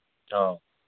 ꯑꯧ